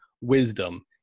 Wisdom